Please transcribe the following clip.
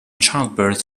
childbirth